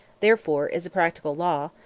therefore, is a practical law,